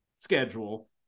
schedule